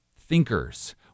thinkers